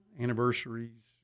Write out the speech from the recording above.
anniversaries